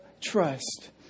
trust